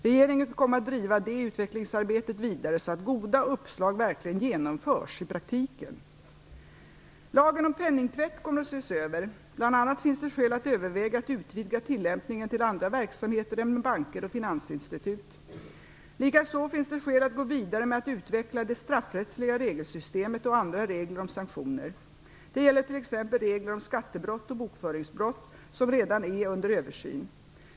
Regeringen kommer att driva det utvecklingsarbetet vidare så att goda uppslag verkligen genomförs i praktiken. Lagen om penningtvätt kommer att ses över. Bl.a. finns det skäl att överväga att utvidga tillämpningen till andra verksamheter än banker och finansinstitut. Likaså finns det skäl att gå vidare med att utveckla det straffrättsliga regelsystemet och andra regler om sanktioner. Det gäller t.ex. regler om skattebrott och bokföringsbrott, som redan är under översyn.